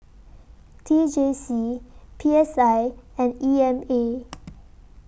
T J C P S I and E M A